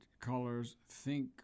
colors—think